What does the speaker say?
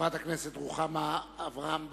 חברת הכנסת רוחמה אברהם-בלילא